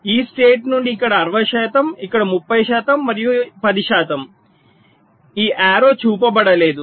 ఈ స్టేట్ నుండి ఇక్కడ 60 శాతం ఇక్కడ 30 శాతం మరియు 10 శాతం ఈ బాణం చూపబడలేదు